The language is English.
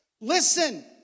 listen